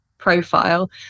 profile